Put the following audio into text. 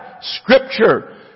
Scripture